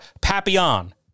Papillon